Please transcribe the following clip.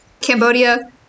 Cambodia